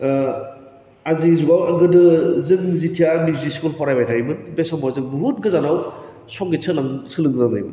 आजि जुगाव गोदो जोङो जों जेथिया मिउजिक स्कुल फरायबाय थायोमोन बै समाव जों बुहुत गोजानाव संगित सोलों सोलोङो जायोमोन